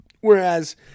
whereas